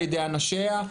ע"י אנשיה.